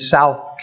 South